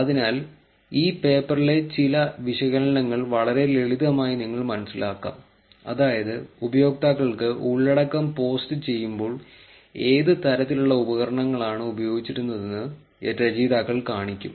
അതിനാൽ ഈ പേപ്പറിലെ ചില വിശകലനങ്ങൾ വളരെ ലളിതമായി നിങ്ങൾ മനസ്സിലാക്കാം അതായത് ഉപയോക്താക്കൾക്ക് ഉള്ളടക്കം പോസ്റ്റുചെയ്യുമ്പോൾ ഏത് തരത്തിലുള്ള ഉപകരണങ്ങളാണ് ഉപയോഗിച്ചിരുന്നതെന്ന് രചയിതാക്കൾ കാണിക്കും